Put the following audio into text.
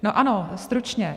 No ano, stručně.